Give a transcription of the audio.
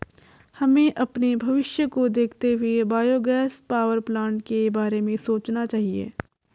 हमें अपने भविष्य को देखते हुए बायोगैस पावरप्लांट के बारे में सोचना चाहिए